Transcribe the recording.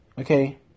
okay